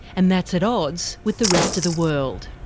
and that's at odds with the rest of the world.